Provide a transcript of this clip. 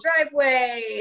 driveway